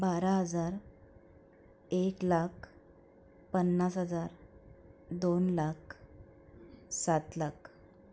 बारा हजार एक लाख पन्नास हजार दोन लाख सात लाख